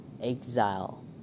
exile